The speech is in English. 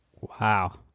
Wow